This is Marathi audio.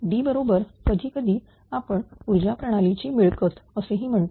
D बरोबर कधी कधी आपण ऊर्जा प्रणालीची मिळकत असेही म्हणतो